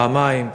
פעמיים,